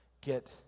get